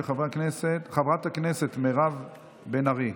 של חברת הכנסת מירב בן ארי,